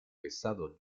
pesado